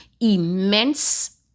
immense